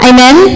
Amen